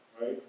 right